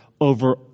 over